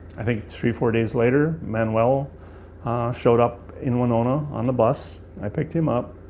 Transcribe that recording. i think three, four days later, manuel showed up in winona on the bus. i picked him up,